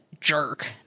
jerk